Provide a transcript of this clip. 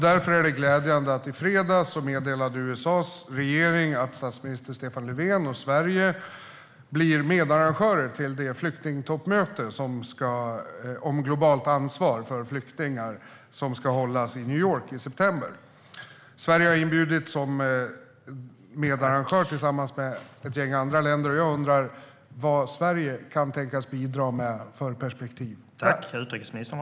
Därför är det glädjande att USA:s regering i fredags meddelade att statsminister Löfven och Sverige blir medarrangör till det flyktingtoppmöte om globalt ansvar för flyktingar som ska hållas i New York i september. Sverige har inbjudits som medarrangör tillsammans med ett gäng andra länder. Jag undrar vad Sverige kan tänkas bidra med för perspektiv.